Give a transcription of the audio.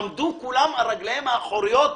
עמדו כולם על רגליהם האחוריות,